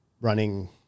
running